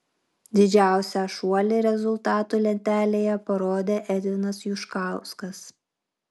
didžiausią šuolį rezultatų lentelėje parodė edvinas juškauskas